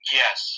yes